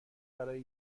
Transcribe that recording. برای